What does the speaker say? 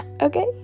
okay